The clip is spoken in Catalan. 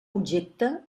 objecte